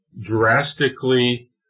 drastically